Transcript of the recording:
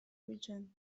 region